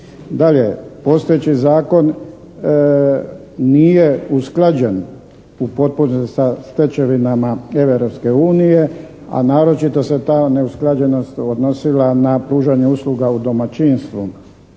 postojeći zakon nije usklađen u potpunosti sa stečevinama Europske unije a naročito se ta neusklađenost odnosila na pružanje usluga u domaćinstvu